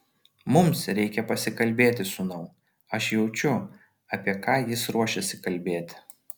mums reikia pasikalbėti sūnau aš jaučiau apie ką jis ruošiasi kalbėti